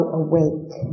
awake